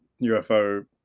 ufo